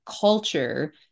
culture